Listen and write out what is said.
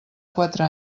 quatre